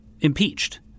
impeached